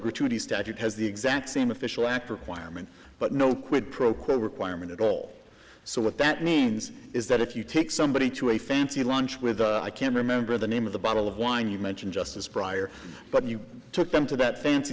gratuity statute has the exact same official act requirement but no quid pro quo requirement at all so what that means is that if you take somebody to a fancy lunch with i can't remember the name of the bottle of wine you mentioned justice prior but you took them to that